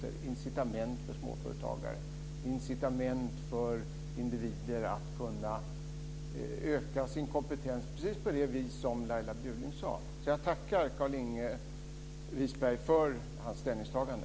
Det är incitament för småföretagare, incitament för individer, att öka sin kompetens precis på det sätt som Laila Bjurling sade. Jag tackar Carlinge Wisberg för hans ställningstagande.